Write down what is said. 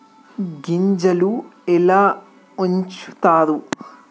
గింజలు ఎలా ఉంచుతారు?